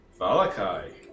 Valakai